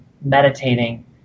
meditating